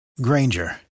Granger